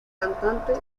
cantante